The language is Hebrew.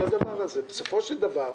בסופו של דבר,